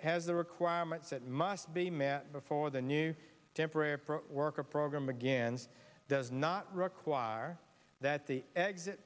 has the requirement that must be met before the new temporary worker program again does not require that the exit